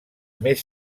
més